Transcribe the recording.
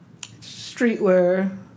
streetwear